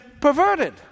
perverted